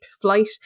flight